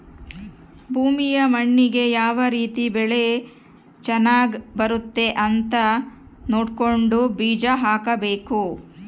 ಭೂಮಿಯ ಮಣ್ಣಿಗೆ ಯಾವ ರೀತಿ ಬೆಳೆ ಚನಗ್ ಬರುತ್ತೆ ಅಂತ ತಿಳ್ಕೊಂಡು ಬೀಜ ಹಾಕಬೇಕು